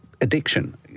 Addiction